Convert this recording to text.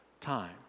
time